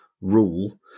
rule